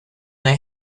they